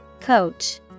coach